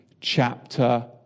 chapter